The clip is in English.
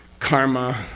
karma.